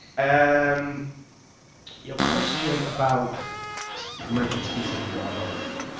and um your question about promoting a specific product.